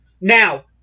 Now